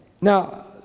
Now